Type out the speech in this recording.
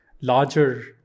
larger